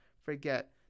forget